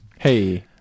hey